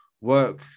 work